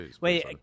Wait